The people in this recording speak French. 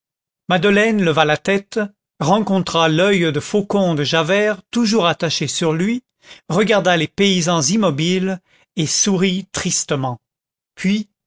madeleine leva la tête rencontra l'oeil de faucon de javert toujours attaché sur lui regarda les paysans immobiles et sourit tristement puis